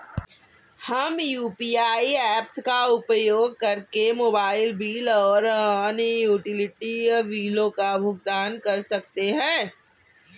हम UPI apps का उपयोग करके मोबाइल बिल और अन्य यूटिलिटी बिलों का भुगतान कर सकते हैं